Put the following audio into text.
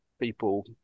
people